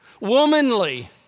womanly